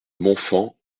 montfand